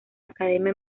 academia